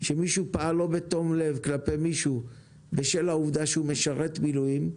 שמישהו פעל שלא בתום לב כלפי מישהו בשל העובדה שהוא משרת מילואים,